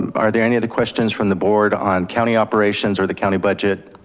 are there any other questions from the board on county operations or the county budget?